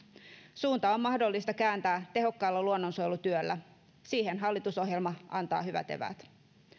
suunta on mahdollista kääntää tehokkaalla luonnonsuojelutyöllä siihen hallitusohjelma antaa hyvät eväät